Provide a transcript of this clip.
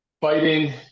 fighting